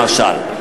למשל,